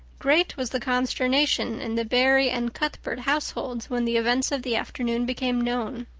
great was the consternation in the barry and cuthbert households when the events of the afternoon became known.